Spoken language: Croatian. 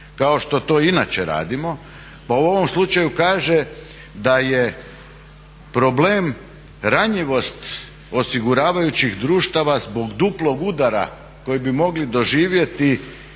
kao što to inače radimo, pa u ovom slučaju kaže da je problem ranjivost osiguravajućih društava zbog duplog udara kojeg bi mogli doživjeti